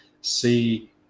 see